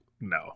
no